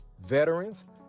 veterans